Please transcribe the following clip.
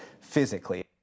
physically